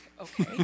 okay